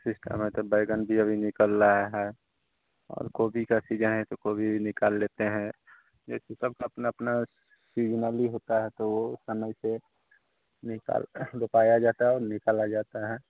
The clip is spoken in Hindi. सिस्टम है तो बैंगन भी अभी निकल रहा है और गोभी का सीजन है तो गोभी निकाल लेते हैं जैसे सब का अपना अपना सीजनली होता है तो समय से निकाल लोपाया जाता है और निकाला जाता है